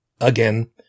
Again